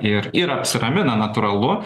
ir ir apsiramina natūralu